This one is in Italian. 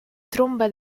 tromba